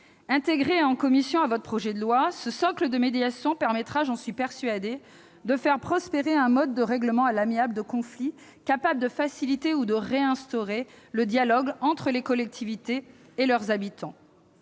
Intégré en commission à votre projet de loi, ce socle de médiation permettra, j'en suis persuadée, de faire prospérer un mode de règlement à l'amiable de conflits susceptible de faciliter ou de réinstaurer le dialogue entre les collectivités et leurs habitants.